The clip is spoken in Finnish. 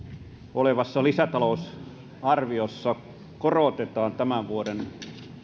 olevassa lisätalousarviossa korotetaan tämän vuoden